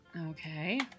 Okay